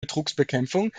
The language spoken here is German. betrugsbekämpfung